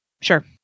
Sure